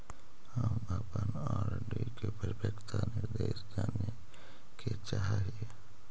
हम अपन आर.डी के परिपक्वता निर्देश जाने के चाह ही